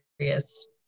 serious